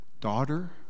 Daughter